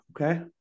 okay